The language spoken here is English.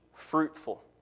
fruitful